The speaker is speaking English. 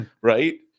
right